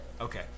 Okay